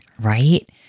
right